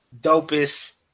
dopest